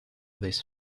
this